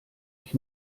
ich